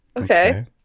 Okay